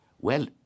Well